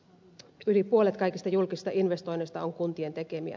yli puolet kaikista julkisista investoinneista on kuntien tekemiä